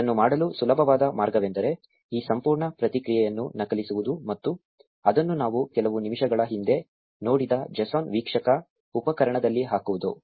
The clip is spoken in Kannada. ಇದನ್ನು ಮಾಡಲು ಸುಲಭವಾದ ಮಾರ್ಗವೆಂದರೆ ಈ ಸಂಪೂರ್ಣ ಪ್ರತಿಕ್ರಿಯೆಯನ್ನು ನಕಲಿಸುವುದು ಮತ್ತು ಅದನ್ನು ನಾವು ಕೆಲವು ನಿಮಿಷಗಳ ಹಿಂದೆ ನೋಡಿದ json ವೀಕ್ಷಕ ಉಪಕರಣದಲ್ಲಿ ಹಾಕುವುದು